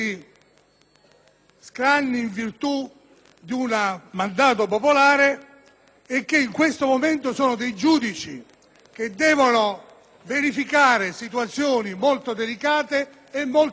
in virtù di un mandato popolare e che in questo momento sono dei giudici che devono verificare situazioni molto delicate e complesse.